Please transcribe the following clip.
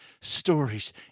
stories